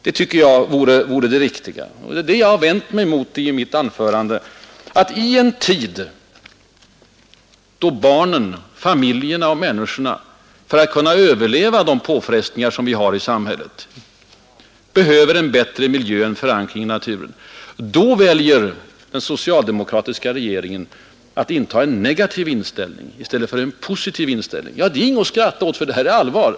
Jag har i mitt anförande kritiserat den socialdemokratiska regeringen därför att den i en tid, då barnen, familjerna och människorna för att kunna överleva påfrestningarna i samhället behöver en bättre miljö och en fastare förankring i naturen, väljer att inta en negativ inställning i stället för en positiv. Ja, det är ingenting att skratta åt; herr statsråd, frågan är allvarlig!